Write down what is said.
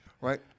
right